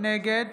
נגד